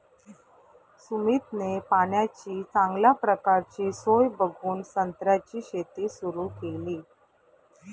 सुमितने पाण्याची चांगल्या प्रकारची सोय बघून संत्र्याची शेती सुरु केली